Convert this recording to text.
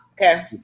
Okay